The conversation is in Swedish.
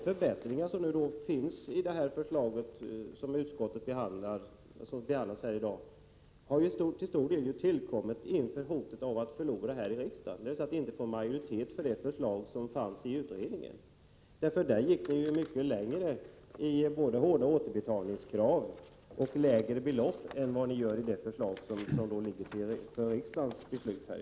Förbättringarna i det förslag som utskottet nu behandlar har till stor del tillkommit inför hotet om att socialdemokraterna skall förlora här i riksdagen, dvs. om att de inte skall få majoritet för de förslag som utredningen lade fram. I dessa gick ni ju mycket längre både i fråga om återbetalningskrav och i fråga om lägre belopp än vad ni gör i det förslag som blir föremål för riksdagens beslut i dag.